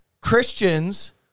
Christians